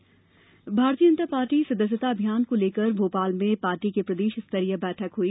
सदस्यता अभियान भारतीय जनता पार्टी सदस्यता अभियान को लेकर भोपाल में पार्टी की प्रदेश स्तरीय बैठक हुई